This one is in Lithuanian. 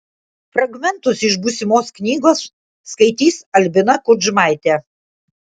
fragmentus iš būsimos knygos skaitys albina kudžmaitė